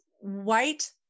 white